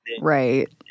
Right